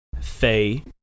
Faye